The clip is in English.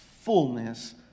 fullness